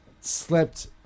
slept